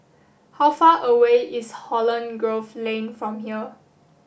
how far away is Holland Grove Lane from here